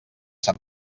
sap